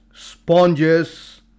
sponges